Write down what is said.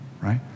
right